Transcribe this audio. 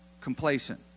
Complacent